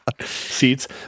seats